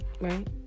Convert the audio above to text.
right